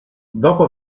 dopo